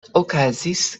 okazis